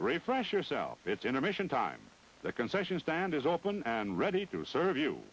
refresh yourself it's intermission time the concession stand is open and ready to serve you